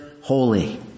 holy